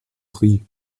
prix